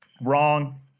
Wrong